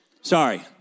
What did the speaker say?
Sorry